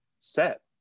set